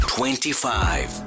Twenty-five